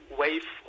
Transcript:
wave